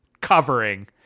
covering